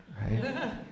right